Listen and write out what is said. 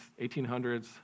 1800s